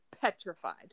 petrified